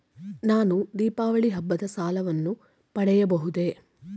ನಾನು ದೀಪಾವಳಿ ಹಬ್ಬದ ಸಾಲವನ್ನು ಪಡೆಯಬಹುದೇ?